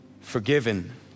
forgiven